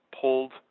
pulled